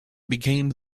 became